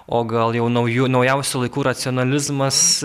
o gal jau naujų naujausių laikų racionalizmas